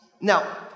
Now